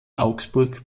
augsburg